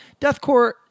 Deathcore